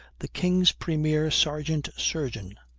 the king's premier sergeant-surgeon,